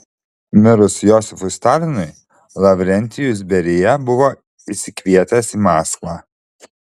mirus josifui stalinui lavrentijus berija buvo išsikvietęs į maskvą